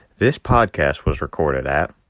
this podcast was recorded at.